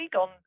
on